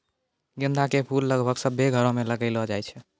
गेंदा के फूल लगभग सभ्भे घरो मे लगैलो जाय छै